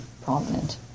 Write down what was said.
prominent